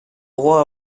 droit